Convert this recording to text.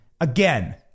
Again